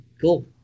Cool